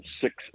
six